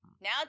Now